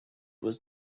was